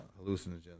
hallucinogens